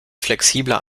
flexibler